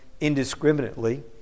indiscriminately